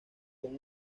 con